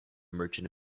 merchant